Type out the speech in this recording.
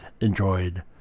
Enjoyed